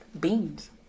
Beans